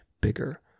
bigger